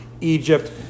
Egypt